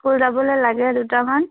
school যাবলৈ লাগে দুটামান